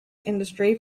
industry